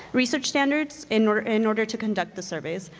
research standards in order in order to conduct the surveys.